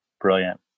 Brilliant